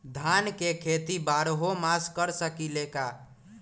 धान के खेती बारहों मास कर सकीले का?